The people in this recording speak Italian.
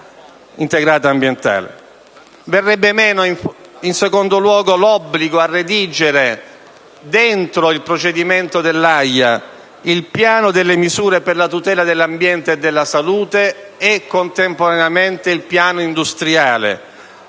Verrebbe meno, in secondo luogo, l'obbligo a redigere, all'interno del procedimento dell'AIA, il piano delle misure per la tutela dell'ambiente e della salute e contemporaneamente il piano industriale,